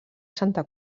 santa